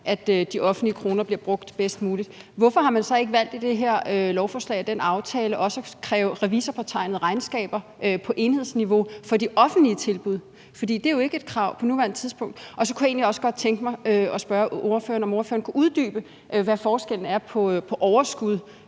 at de offentlige kroner bliver brugt bedst muligt. Hvorfor har man så ikke valgt i det her lovforslag og i den her aftale også at kræve revisorpåtegnede regnskaber på enhedsniveau for de offentlige tilbud, for det er jo ikke et krav på nuværende tidspunkt? Og så kunne jeg egentlig også godt tænke mig at spørge ordføreren, om ordføreren kunne uddybe, hvad forskellen er på overskud